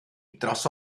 dros